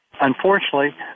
Unfortunately